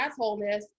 assholeness